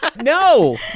No